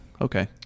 Okay